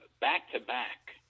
back-to-back